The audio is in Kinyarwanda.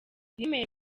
yemeye